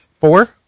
Four